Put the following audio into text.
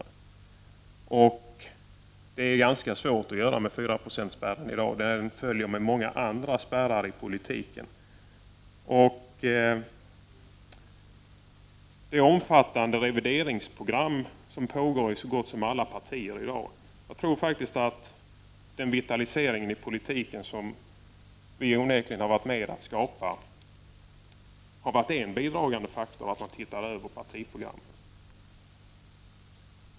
Det är ganska svårt för partier att komma in i riksdagen i dag på grund av fyraprocentsspärren. Och med denna spärr följer många andra spärrar i politiken. Det pågår i dag ett omfattande revideringsprogram i så gott som alla partier. Jag tror att den vitalisering av politiken som vi onekligen har varit med om att skapa har varit en bidragande faktor till att man nu ser Över partiprogrammen.